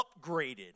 upgraded